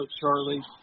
Charlie